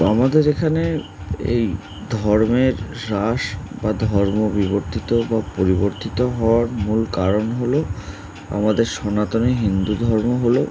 তো আমাদের এখানে এই ধর্মের শ্বাস বা ধর্ম বিবর্তিত বা পরিবর্তিত হওয়ার মূল কারণ হলো আমাদের সনাতনে হিন্দু ধর্ম হলো